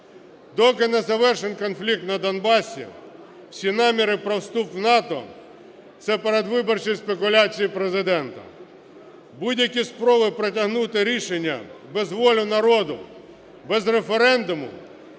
Доки не завершимо конфлікт на Донбасі, всі наміри про вступ в НАТО – це передвиборчі спекуляції Президента. Будь-які спроби протягнути рішення без волі народу, без референдуму